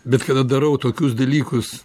bet kada darau tokius dalykus